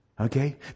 Okay